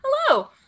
Hello